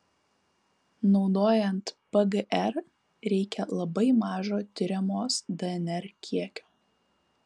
naudojant pgr reikia labai mažo tiriamos dnr kiekio